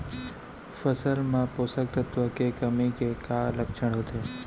फसल मा पोसक तत्व के कमी के का लक्षण होथे?